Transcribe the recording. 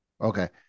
Okay